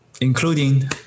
including